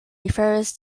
refers